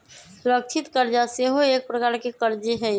सुरक्षित करजा सेहो एक प्रकार के करजे हइ